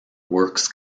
works